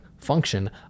Function